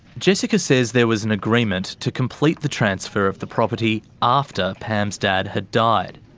jessica says there was an agreement to complete the transfer of the property after pam's dad had died.